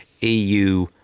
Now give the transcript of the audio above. EU